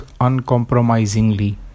uncompromisingly